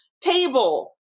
table